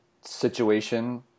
situation